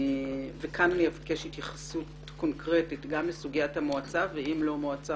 כאן אני אבקש התייחסות קונקרטית גם לסוגיית המועצה ואם לא מועצה,